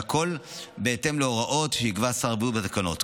והכול בהתאם להוראות שיקבע שר הבריאות בתקנות.